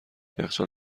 یخچال